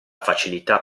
facilità